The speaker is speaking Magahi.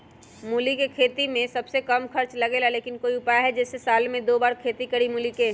मूली के खेती में सबसे कम खर्च लगेला लेकिन कोई उपाय है कि जेसे साल में दो बार खेती करी मूली के?